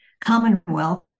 Commonwealth